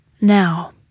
now